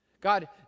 God